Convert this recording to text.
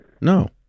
No